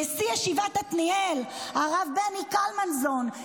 נשיא ישיבת עתניאל הרב בני קלמנזון,